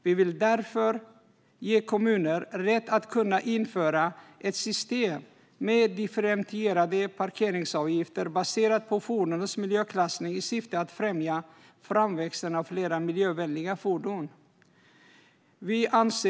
Vi vill därför ge kommuner rätt att införa ett system med differentierade parkeringsavgifter baserat på fordonets miljöklassning, i syfte att främja framväxten av fler miljövänliga fordon.